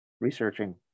researching